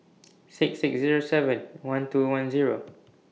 six six Zero seven one two one Zero